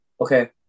Okay